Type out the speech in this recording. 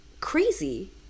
crazy